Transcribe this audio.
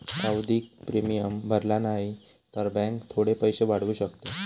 आवधिक प्रिमियम भरला न्हाई तर बॅन्क थोडे पैशे वाढवू शकता